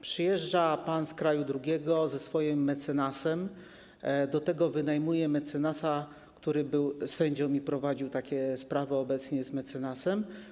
Przyjeżdża pan z kraju drugiego ze swoim mecenasem, do tego wynajmuje mecenasa, który był sędzią i prowadził takie sprawy obecnie z mecenasem.